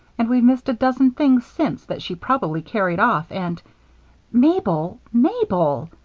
and we've missed a dozen things since that she probably carried off and mabel, mabel!